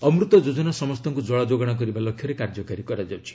ଅମୃତ ଯୋଜନା ସମସ୍ତଙ୍କୁ ଜଳ ଯୋଗାଣ କରିବା ଲକ୍ଷ୍ୟରେ କାର୍ଯ୍ୟକାରୀ କରାଯାଉଛି